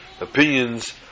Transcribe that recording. Opinions